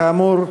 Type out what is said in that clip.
כאמור,